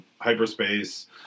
hyperspace